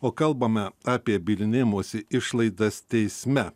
o kalbame apie bylinėjimosi išlaidas teisme